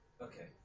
Okay